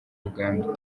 uganda